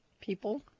people